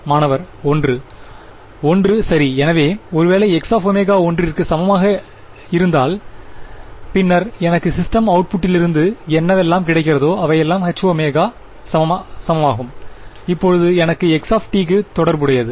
மாணவர் 1 ஒன்று சரி எனவே ஒருவேளை Xω ஒன்றிற்கு சமமாக இருந்தால் பின்னர் எனக்கு சிஸ்டம் அவுட்புட்ட்டிலிருந்து என்னவெல்லாம் கிடைக்கிறதோ அவையெல்லாம் Hω சமமாகும் இப்போது என்ன x கு தொடர்புடையது